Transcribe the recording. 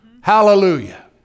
Hallelujah